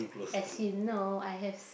as in no I have